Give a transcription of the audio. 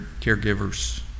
caregivers